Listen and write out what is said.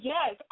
Yes